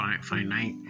finite